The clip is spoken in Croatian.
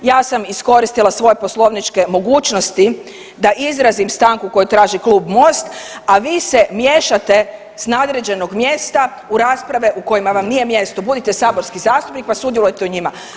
Ja sam iskoristila svoje poslovničke mogućnosti da izrazim stanku koju traži Klub Most, a vi se miješate s nadređenog mjesta u rasprave u kojima vam nije mjesto, budite saborski zastupnik, pa sudjelujte u njima.